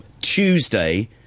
tuesday